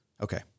Okay